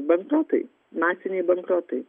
bankrotai masiniai bankrotai